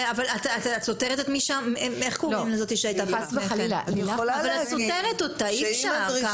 אבל את סותרת את לילך ואי אפשר ככה.